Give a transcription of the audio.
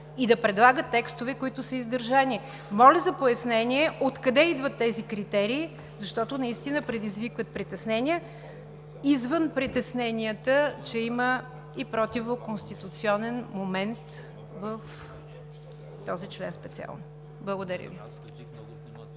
и да предлага текстове, които са издържани. Моля за пояснение: откъде идват тези критерии, защото наистина предизвикват притеснения извън притесненията, че има и противоконституционен момент в този член специално? Благодаря Ви.